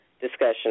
discussion